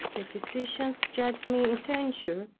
the physicians judged me in danger,